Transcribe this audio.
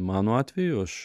mano atveju aš